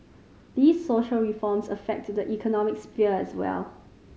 these social reforms affect the economic sphere as well